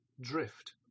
drift